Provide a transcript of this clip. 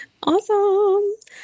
Awesome